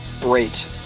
Great